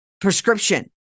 prescription